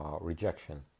rejection